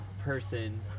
person